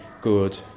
good